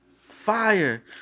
Fire